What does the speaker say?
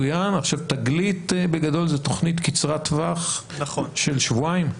'תגלית' בגדול זו תכנית קצרת טווח של שבועיים?